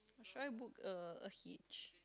should I book a a hitch